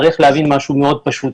צריך להבין משהו מאוד פשוט.